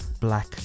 black